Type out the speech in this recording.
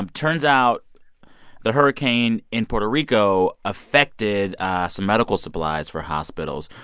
and turns out the hurricane in puerto rico affected some medical supplies for hospitals.